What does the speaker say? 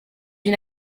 une